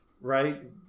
right